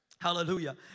Hallelujah